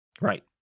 Right